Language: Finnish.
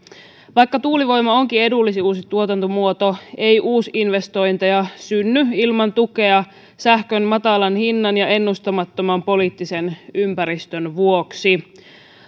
vaikka tuulivoima onkin edullisin uusi tuotantomuoto ei uusinvestointeja synny ilman tukea sähkön matalan hinnan ja ennustamattoman poliittisen ympäristön vuoksi